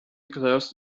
closed